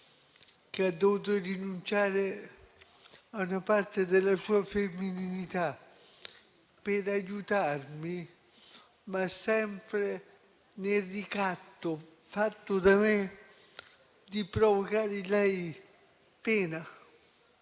madre ha dovuto rinunciare a una parte della sua femminilità per aiutarmi, ma sempre sotto il ricatto fatto da me di provocare in lei pena,